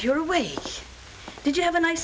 your way did you have a nice